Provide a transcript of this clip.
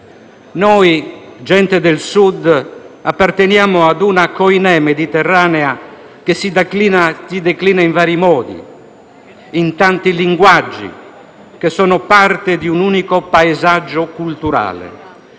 Noi gente del Sud apparteniamo a una *koinè* mediterranea, che si declina in vari modi e in tanti linguaggi, che sono parte di un unico paesaggio culturale.